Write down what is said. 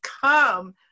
come